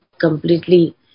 completely